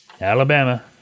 Alabama